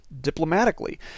diplomatically